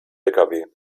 lkw